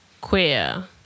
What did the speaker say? queer